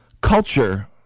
Culture